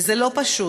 וזה לא פשוט,